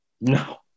No